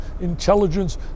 intelligence